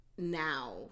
now